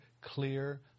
clear